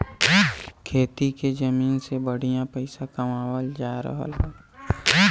खेती के जमीन से बढ़िया पइसा कमावल जा रहल हौ